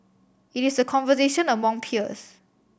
it is a conversation among peers